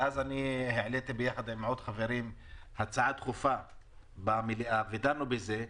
אז העליתי ביחד עם חברים נוספים הצעה דחופה במליאה ודנו בזה,